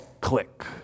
click